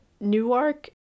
Newark